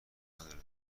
نداره